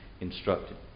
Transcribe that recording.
instructed